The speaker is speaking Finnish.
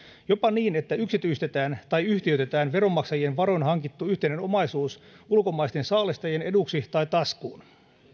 jopa niin että yksityistetään tai yhtiöitetään veronmaksajien varoin hankittu yhteinen omaisuus ulkomaisten saalistajien eduksi tai taskuun